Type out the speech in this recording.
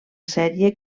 sèrie